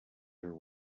her